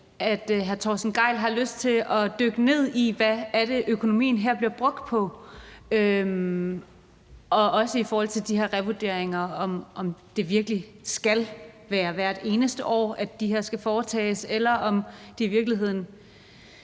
at hr. Torsten Gejl har lyst til at dykke ned i, hvad det er, økonomien her bliver brugt på, også i forhold til de her revurderinger, altså om det virkelig skal være hvert eneste år, de skal foretages, eller om det i virkeligheden